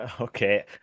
Okay